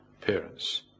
parents